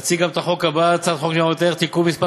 אציג גם את החוק הבא: הצעת חוק ניירות ערך (תיקון מס'